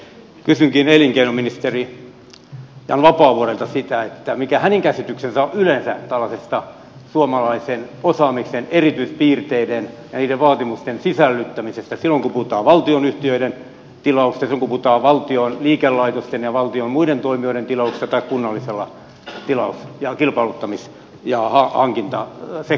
kysynkin elinkeinoministeri jan vapaavuorelta sitä mikä hänen käsityksensä on yleensä tällaisesta suomalaisen osaamisen erityispiirteiden ja niiden vaatimusten sisällyttämisestä silloin kun puhutaan valtionyhtiöiden tilauksesta ja silloin kun puhutaan valtion liikelaitosten ja valtion muiden toimijoiden tilauksesta tai kunnallisesta kilpailuttamis ja hankintasektorista